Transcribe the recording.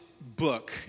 book